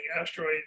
asteroid